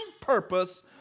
purpose